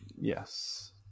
Yes